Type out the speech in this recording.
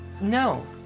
No